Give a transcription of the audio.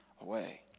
away